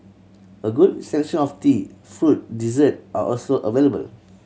a good selection of tea fruit dessert are also available